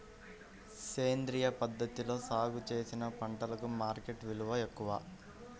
సేంద్రియ పద్ధతిలో సాగు చేసిన పంటలకు మార్కెట్ విలువ ఎక్కువ